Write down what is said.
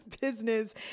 business